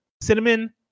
Cinnamon